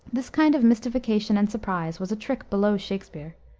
this kind of mystification and surprise was a trick below shakspere.